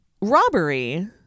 robbery